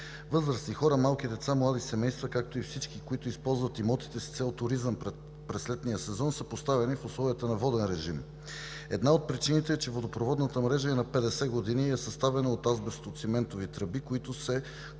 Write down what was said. Възрастни хора, малки деца, млади семейства, както и всички, които използват имотите с цел туризъм през летния сезон, са поставени в условията на воден режим. Една от причините е, че водопроводната мрежа е на 50 години и е съставена от азбестоциментови тръби, които се компрометират